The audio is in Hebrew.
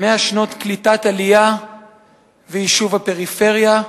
100 שנות קליטת עלייה ויישוב הפריפריה,